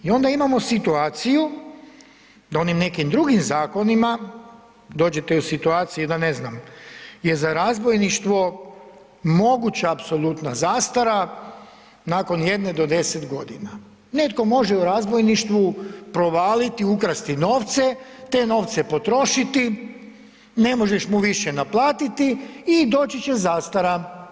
I onda imamo situaciju da onim nekim drugim zakonima dođete u situaciju da ne znam je za razbojništvo moguća apsolutna zastara nakon jedne do deset godina, netko može u razbojništvu provaliti i ukrasti novce, te novce potrošiti, ne možeš mu više naplatiti i doći će zastara.